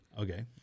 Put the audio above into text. Okay